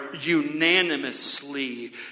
unanimously